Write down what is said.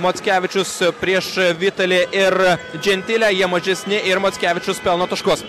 mockevičius prieš vitalį ir džentilę jie mažesni ir mockevičius pelno taškus